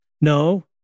No